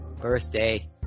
birthday